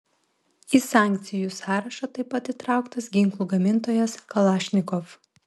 į sankcijų sąrašą taip pat įtrauktas ginklų gamintojas kalašnikov